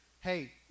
hey